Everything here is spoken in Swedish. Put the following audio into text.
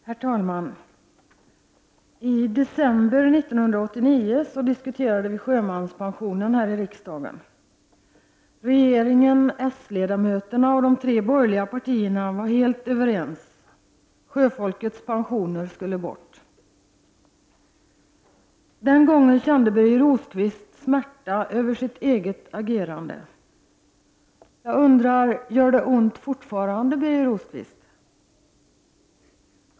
Herr talman! I december 1989 diskuterade vi sjömanspensionen. Regeringen, s-ledamöterna och företrädarna för de tre borgerliga partierna var helt överens. Sjöfolkets pensioner skulle bort. Den gången kände Birger Rosqvist smärta över sitt eget agerande. Jag undrar: Gör det ont fortfarande, Birger Rosqvist?